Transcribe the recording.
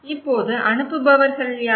இப்போது அனுப்புபவர்கள் யார்